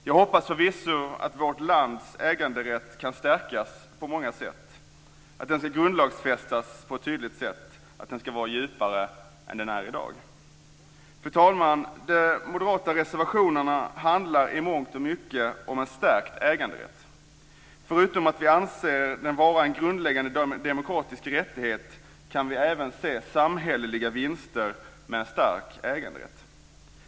Jag hoppas förvisso att vårt lands äganderätt kan stärkas på många sätt, att den ska grundlagsfästas på ett tydligt sätt, att den ska bli djupare än den är i dag. Fru talman! De moderata reservationerna handlar i mångt och mycket om en stärkt äganderätt. Förutom att vi anser den vara en grundläggande demokratisk rättighet kan vi även se samhälleliga vinster med en stark äganderätt.